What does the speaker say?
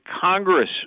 Congress